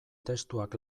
testuak